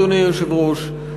אדוני היושב-ראש,